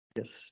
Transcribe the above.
Yes